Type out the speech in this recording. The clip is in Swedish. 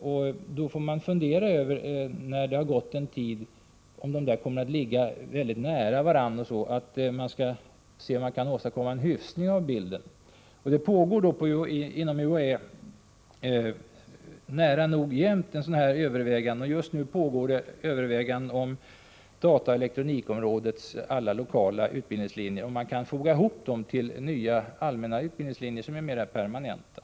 Därför får man, när det har gått en tid, fundera över om dessa linjer har kommit att ligga mycket nära varandra, så att man kan åstadkomma en hyfsning av bilden. Sådana överväganden pågår nära nog alltid inom UHÄ. Just nu pågår överväganden om man kan foga ihop dataoch elektronikområdets alla utbildningslinjer till nya allmänna utbildningslinjer som är mer permanenta.